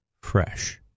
fresh